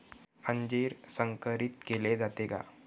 अंजीर संकरित केले जाते का?